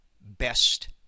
best